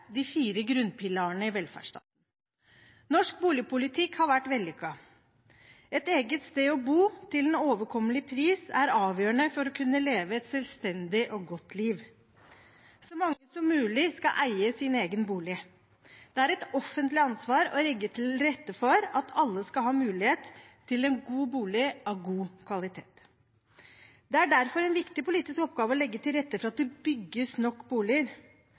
de fire grunnpilarene i velferdsstaten. Norsk boligpolitikk har vært vellykket. Et eget sted å bo til en overkommelig pris er avgjørende for å kunne leve et selvstendig og godt liv. Så mange som mulig skal eie sin egen bolig. Det er et offentlig ansvar å legge til rette for at alle skal ha mulighet til en god bolig av god kvalitet. Det er derfor en viktig politisk oppgave å legge til rette for at det bygges nok boliger.